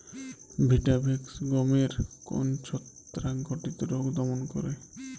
Vitavax গমের কোন ছত্রাক ঘটিত রোগ দমন করে?